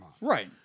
Right